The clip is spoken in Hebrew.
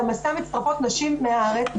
למסע מצטרפות נשים מהארץ,